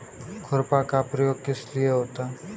खुरपा का प्रयोग किस लिए होता है?